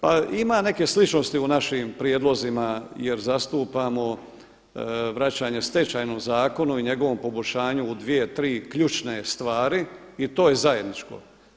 Pa ima neke sličnosti u našim prijedlozima, jer zastupamo vraćanje Stečajnom zakonu i njegovom poboljšanju u dvije, tri, ključne stvari i to je zajedničko.